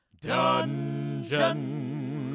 Dungeon